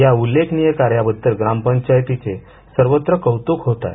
या उल्लेखनीय कार्याबद्दल ग्रामपंचायतीचे सर्वत्र कौतूक होत आहेत